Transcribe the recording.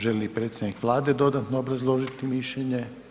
Želi li predstavnik Vlade dodatno obrazložiti mišljenje?